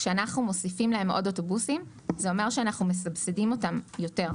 כשאנחנו מוסיפים להם עוד אוטובוסים זה אומר שאנחנו מסבסדים אותם יותר.